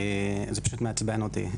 זה פשו3 מעצבן אותי.